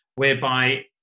Whereby